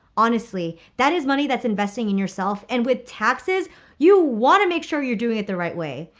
honestly, that is money that's investing in yourself and with taxes you want to make sure you're doing it the right way.